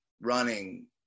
running